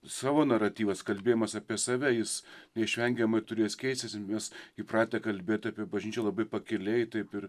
savo naratyvas kalbėjimas apie save jis neišvengiamai turės keistis vis įpratę kalbėti apie bažnyčią labai pakiliai taip ir